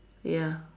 ya